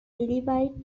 lillywhite